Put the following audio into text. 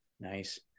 Nice